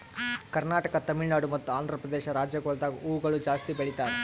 ಕರ್ನಾಟಕ, ತಮಿಳುನಾಡು ಮತ್ತ ಆಂಧ್ರಪ್ರದೇಶ ರಾಜ್ಯಗೊಳ್ದಾಗ್ ಹೂವುಗೊಳ್ ಜಾಸ್ತಿ ಬೆಳೀತಾರ್